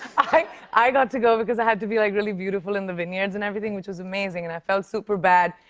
i i got to go because i had to be like really beautiful in the vineyards and everything, which was amazing. and i felt super bad.